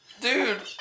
Dude